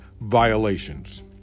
violations